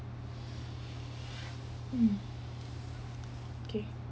mm okay